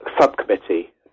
subcommittee